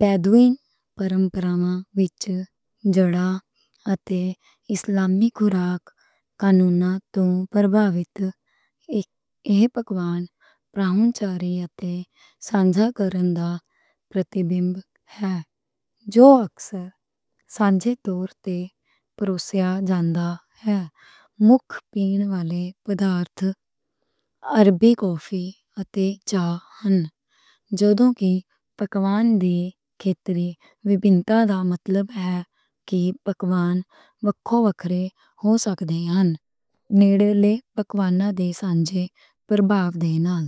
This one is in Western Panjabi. بیڈوئن پرمپراواں وچ جڑا تے اسلامی اصول قانون توں متاثر ایہ پکوان میزبانی تے سانجھا کرن دا عکاس ہے۔ جو اکثر سانجھے طور تے پروسے جانے ہے۔ مکھ پیندے مادہ عربی کافی تے چائے نیں۔ جدوں کہ پکوان دے علاقائی وکھریتاں دا مطلب اے کہ پکوان وکھ وکھ ہو سکدے نیں۔ نےڑے دے پکواناں دے سانجھے اثر دے نال۔